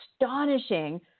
astonishing